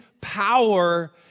power